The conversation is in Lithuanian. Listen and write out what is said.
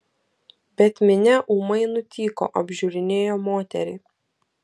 bet minia ūmai nutyko apžiūrinėjo moterį